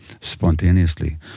spontaneously